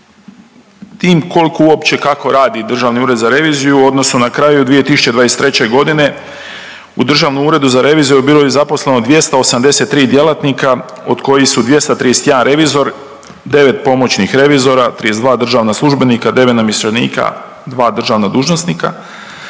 tim koliko uopće, kako radi Državni ured za reviziju u odnosu na kraju 2023. godine u Državnom uredu za reviziju bilo je zaposleno 283 djelatnika od kojih su 231 revizor, 9 pomoćnih revizora, 32 državna službenika, 9 namještenika, 2 državna dužnosnika.